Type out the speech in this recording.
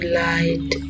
light